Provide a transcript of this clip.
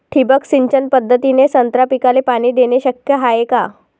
ठिबक सिंचन पद्धतीने संत्रा पिकाले पाणी देणे शक्य हाये का?